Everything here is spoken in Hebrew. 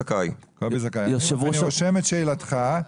אני רושם את שאלתך.